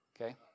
Okay